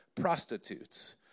prostitutes